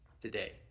today